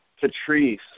Patrice